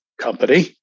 Company